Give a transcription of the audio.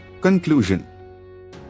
Conclusion